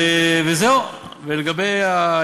אני יודעת בוודאות.